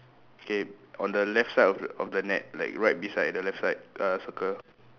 K on the left side of the of the net like right beside the left side uh circle